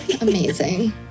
Amazing